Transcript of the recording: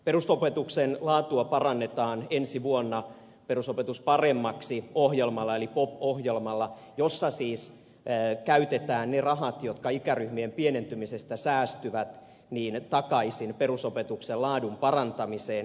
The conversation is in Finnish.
perusopetuksen laatua parannetaan ensi vuonna perusopetus paremmaksi ohjelmalla eli pop ohjelmalla jossa siis käytetään ne rahat jotka ikäryhmien pienentymisestä säästyvät takaisin perusopetuksen laadun parantamiseen